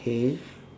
okay